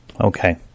Okay